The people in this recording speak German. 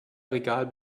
regal